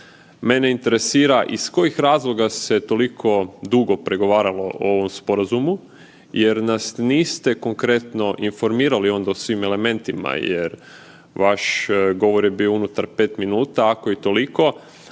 Mene interesira iz kojih razloga se toliko dugo pregovaralo o ovom sporazumu jer nas niste konkretno informirali onda o svim elementima jer vaš govor je bio unutar pet minuta, ako i toliko,